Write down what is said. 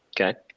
Okay